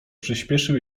przyspieszył